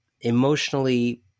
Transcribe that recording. emotionally